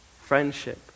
Friendship